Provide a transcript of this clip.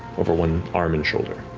over one arm and shoulder.